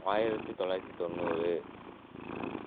ஆயிரத்து தொளாயிரத்து தொண்ணூறு